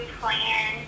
plan